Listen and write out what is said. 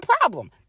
problem